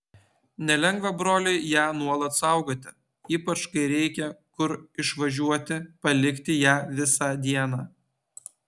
nelengva broliui ją nuolat saugoti ypač kai reikia kur išvažiuoti palikti ją visą dieną